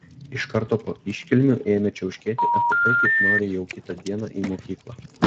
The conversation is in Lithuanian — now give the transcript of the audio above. iš karto po iškilmių ėmė čiauškėti apie tai kaip nori jau kitą dieną į mokyklą